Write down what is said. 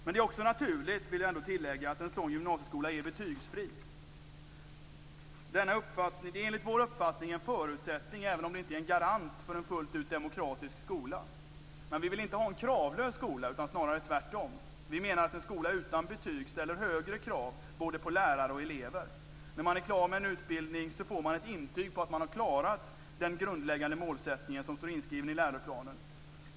Det är också naturligt, vill jag tillägga, att en sådan gymnasieskola är betygsfri. Det är enligt vår uppfattning en förutsättning även om det inte är en garant för en fullt ut demokratisk skola. Men vi vill inte ha en kravlös skola, snarare tvärtom. Vi menar att en skola utan betyg ställer högre krav både på lärare och elever. När man är klar med en utbildning får man ett intyg på att man har klarat den grundläggande målsättning som står inskriven i läroplanen.